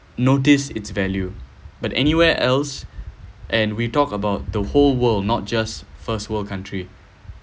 notice its value but anywhere else and we talked about the whole world not just first world country